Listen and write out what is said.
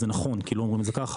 את זה נכון כי לא אומרים את זה ככה,